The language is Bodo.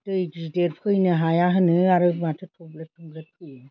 दै गिदिर फैनो हाया होनो आरो माथो थमब्लेथ थमब्लेथ फैयो